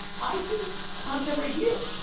i see content right here!